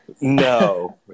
No